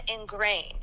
ingrained